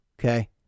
okay